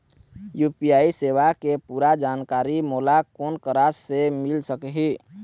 UPI सेवा के पूरा जानकारी मोला कोन करा से मिल सकही?